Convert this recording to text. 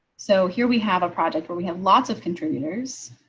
so here we have a project where we have lots of contributors